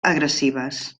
agressives